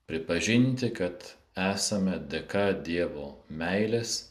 pripažinti kad esame dėka dievo meilės